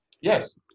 Yes